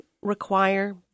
require